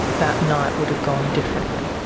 that night would have gone differently?